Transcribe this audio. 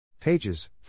Pages